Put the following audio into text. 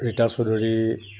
Rita Choudhury